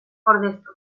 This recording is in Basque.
ordeztu